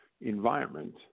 environment